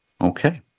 Okay